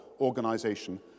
organization